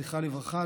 זכרה לברכה,